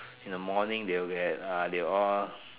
in the morning they will get uh they are all